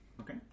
Okay